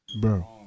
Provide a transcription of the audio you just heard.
bro